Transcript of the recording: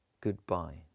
goodbye